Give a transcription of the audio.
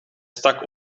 stak